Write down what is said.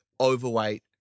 overweight